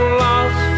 lost